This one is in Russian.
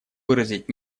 выразить